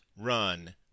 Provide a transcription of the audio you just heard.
run